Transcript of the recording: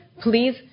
please